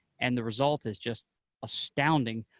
and the result is just astounding,